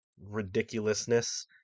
ridiculousness